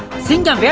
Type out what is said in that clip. single